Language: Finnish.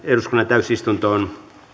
täysistuntoon